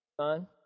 Son